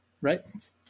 right